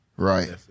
Right